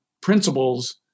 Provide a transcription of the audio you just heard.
principles